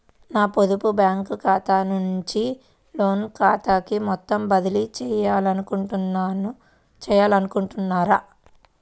నా పొదుపు బ్యాంకు ఖాతా నుంచి లైన్ ఖాతాకు మొత్తం బదిలీ చేయాలనుకుంటున్నారా?